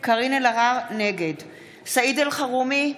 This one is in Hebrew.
נגד סעיד אלחרומי,